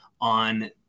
on